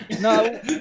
No